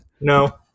No